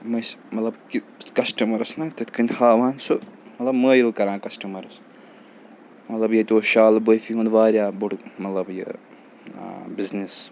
یِم ٲسۍ مطلب کہِ کَسٹمَرَس نہ تِتھ کٔنۍ ہاوان سُہ مطلب مٲیِل کَران کَسٹمَرَس مطلب ییٚتہِ اوس شالہٕ بٲفی ہُنٛد واریاہ بوٚڑ مطلب یہِ بِزنِس